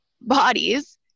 bodies